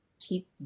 keep